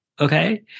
okay